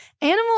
Animal